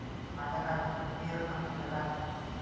माझ्या खात्यात किती रक्कम शिल्लक आहे?